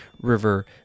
River